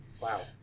Wow